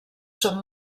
són